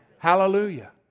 Hallelujah